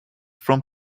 from